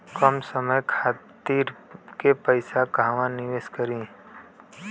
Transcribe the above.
कम समय खातिर के पैसा कहवा निवेश करि?